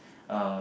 uh